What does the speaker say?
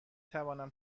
توانم